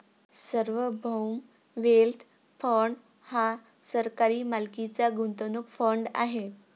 सार्वभौम wealth fund हा सरकारी मालकीचा गुंतवणूक फंड आहे